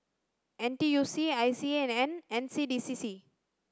N T U C I C A and N C D C C